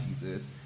jesus